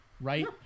right